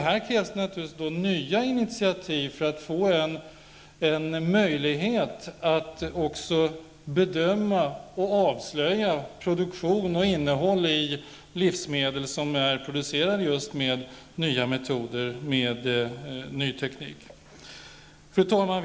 Det krävs nya initiativ för att vi skall få möjligheter att bedöma och avslöja livsmedel som är producerade med nya metoder och med ny teknik. Fru talman!